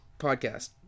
podcast